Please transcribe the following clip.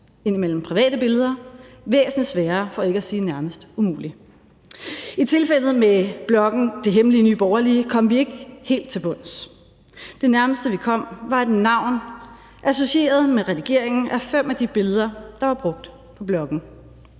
indimellem private billeder – væsentlig sværere for ikke at sige nærmest umulige. I tilfældet med bloggen Det Hemmelige Nye Borgerlige kom vi ikke helt til bunds. Det nærmeste, vi kom, var et navn associeret med redigeringen af fem af de billeder, der var brugt på bloggen.